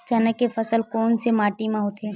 चना के फसल कोन से माटी मा होथे?